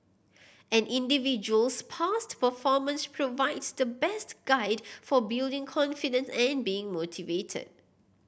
an individual's past performance provides the best guide for building confidence and being motivated